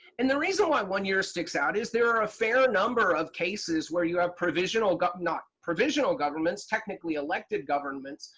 and the reason why one year sticks out is there are a fair number of cases where you have provisional, not provisional governments, technically elected governments,